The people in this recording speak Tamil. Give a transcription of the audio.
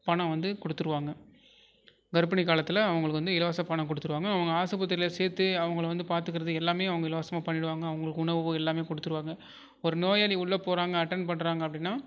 பணம் வந்து கொடுத்துடுவாங்க கர்ப்பிணி காலத்தில் அவங்களுக்கு வந்து இலவச பணம் கொடுத்துடுவாங்க அவங்க ஆஸ்ப்பத்திரியில் சேர்த்து அவங்கள வந்து பார்த்துக்கறது எல்லாமே அவங்க இலவசமாக பண்ணிவிடுவாங்க அவங்களுக்கு உணவு எல்லாமே கொடுத்துடுவாங்க ஒரு நோயாளி உள்ளே போகிறாங்க அட்டன் பண்ணுறாங்க அப்படின்னா